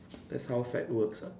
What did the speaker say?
that's how fad works ah